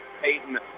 Peyton